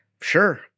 Sure